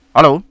Hello